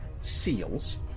seals